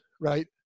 right